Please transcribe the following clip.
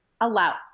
allow